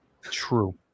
true